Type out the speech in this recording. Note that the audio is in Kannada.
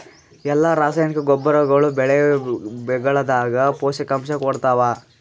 ಎಲ್ಲಾ ರಾಸಾಯನಿಕ ಗೊಬ್ಬರಗೊಳ್ಳು ಬೆಳೆಗಳದಾಗ ಪೋಷಕಾಂಶ ಕೊಡತಾವ?